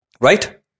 right